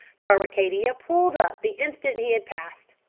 tarwicadia pulled up the instant he had passed.